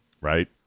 Right